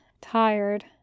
tired